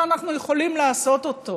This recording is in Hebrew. ואנחנו יכולים לעשות אותו,